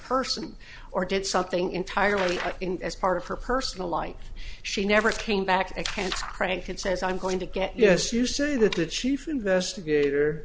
person or did something entirely as part of her personal life she never came back and hand crank and says i'm going to get yes you say that the chief investigator